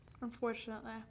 Unfortunately